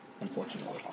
unfortunately